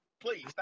Please